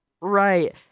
Right